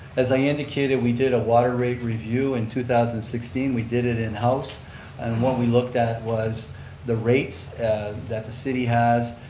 as i indicated we did a water rate review in two thousand and sixteen. we did it in-house and what we looked at was the rates that the city has,